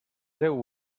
seu